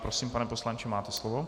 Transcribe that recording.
Prosím, pane poslanče, máte slovo.